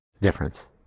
difference